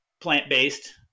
plant-based